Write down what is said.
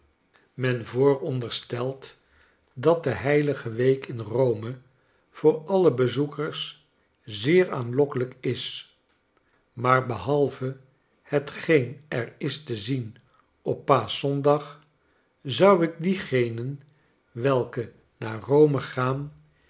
men vooronderstelt dat de heilige week in rome voor alle bezoekers zeer aanlokkelijk is maar behalve hetgeen er is te zien op paaschzondag zou ik diegenen welke naar rome gaan